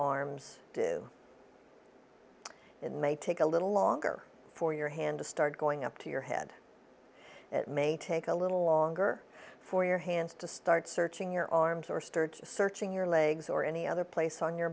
arms do it may take a little longer for your hand to start going up to your head it may take a little longer for your hands to start searching your arms or searching your legs or any other place on your